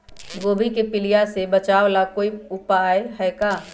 गोभी के पीलिया से बचाव ला कोई उपाय है का?